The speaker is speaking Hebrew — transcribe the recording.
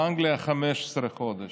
באנגליה, 15 חודש.